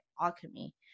Alchemy